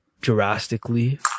drastically